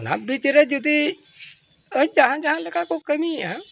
ᱚᱱᱟ ᱵᱤᱪᱨᱮ ᱡᱩᱫᱤ ᱟᱨ ᱡᱟᱦᱟᱱ ᱡᱟᱦᱟᱱ ᱞᱮᱠᱟ ᱠᱚ ᱠᱟᱹᱢᱤᱭᱮᱜᱼᱟ